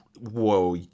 whoa